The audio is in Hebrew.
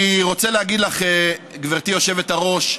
אני רוצה להגיד לך, גברתי היושבת-ראש,